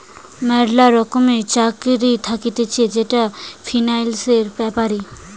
ম্যালা রকমের চাকরি থাকতিছে যেটা ফিন্যান্সের ব্যাপারে